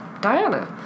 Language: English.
Diana